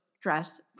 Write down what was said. dress